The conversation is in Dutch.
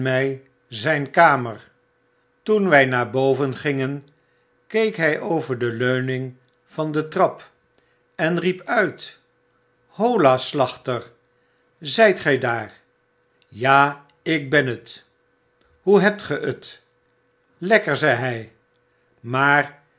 zyn kamer toen wy naar boven gingen keek hy over de leuning van de trap en riep uit hola slachter zyt gij daar ja ik ben het floe hebt ge het lelcker zei hy maar